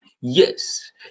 Yes